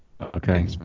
Okay